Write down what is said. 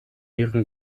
ihren